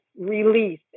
release